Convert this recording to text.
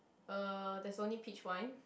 uh there's only peach wine